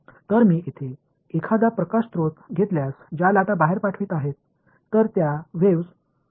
तर मी येथे एखादा प्रकाश स्रोत घेतल्यास ज्या लाटा बाहेर पाठवित आहेत तर त्या वेव्हस फ्रन्टस आहेत